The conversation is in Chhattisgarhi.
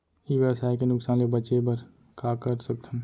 ई व्यवसाय के नुक़सान ले बचे बर का कर सकथन?